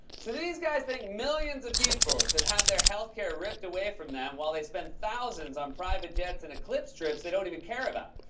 so these guys think millions of people should have their health care ripped away from them while they spend thousands on private jets and eclipse trips they don't even care about.